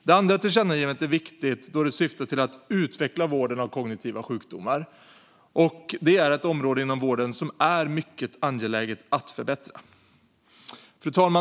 Det andra tillkännagivandet är viktigt, eftersom det syftar till att utveckla vården av kognitiva sjukdomar, vilket är ett område inom vården som är mycket angeläget att förbättra.